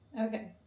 Okay